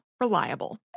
reliable